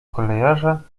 kolejarza